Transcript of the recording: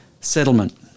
settlement